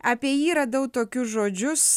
apie jį radau tokius žodžius